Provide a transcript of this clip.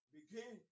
Begin